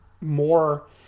more